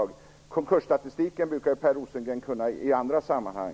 Det är medaljens baksida. Konkursstatistiken brukar ju Per Rosengren kunna i andra sammanhang.